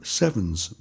sevens